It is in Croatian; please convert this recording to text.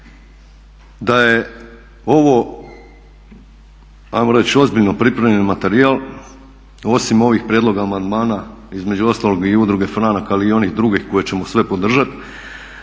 Da je ovo ajmo reći ozbiljno pripremljen materijal osim ovih prijedloga amandmana između ostalog i Udruge Franak ali i onih drugih koje ćemo sve podržati